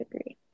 agree